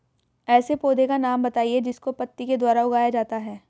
ऐसे पौधे का नाम बताइए जिसको पत्ती के द्वारा उगाया जाता है